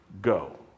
go